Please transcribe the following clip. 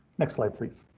next slide, please.